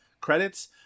credits